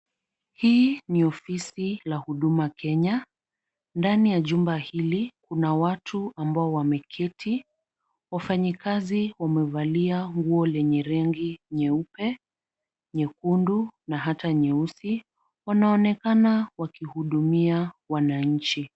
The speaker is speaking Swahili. Hii ni ofisi la huduma Kenya, ndani ya jumba hili kuna watu ambao wameketi. Wafanyikazi wamevalia nguo lenye rangi nyeupe, nyekundu na hata nyeusi, wanaonekana wakihudumia wananchi.